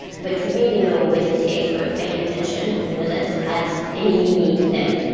but to really know ah whether the eggs were paying attention and whether that has any meaning to them,